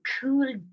cool